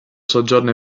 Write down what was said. soggiorno